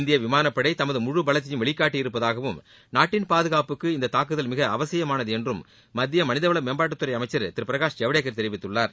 இந்திய விமான படை தமது முழு பலத்தையும் வெளிகாட்டியிருப்பதாகவும் நாட்டின் பாதுகாப்புக்கு இந்த தாக்குதல் மிகவும் அவசியமானது என்றும் மத்திய மனிதவள மேம்பாட்டுத்துறை அமைச்சர் திரு பிரகாஷ் ஜவடேகர் தெரிவித்துள்ளார்